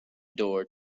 door